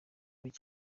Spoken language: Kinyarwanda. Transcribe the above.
ariko